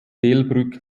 delbrück